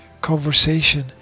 Conversation